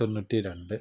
തൊണ്ണൂറ്റി രണ്ട്